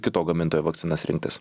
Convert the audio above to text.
kito gamintojo vakcinas rinktis